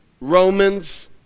Romans